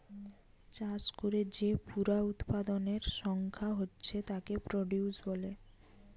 চাষ কোরে যে পুরা উৎপাদনের সংখ্যা হচ্ছে তাকে প্রডিউস বলে